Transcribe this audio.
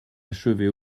achevée